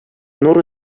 нур